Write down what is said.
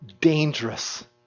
dangerous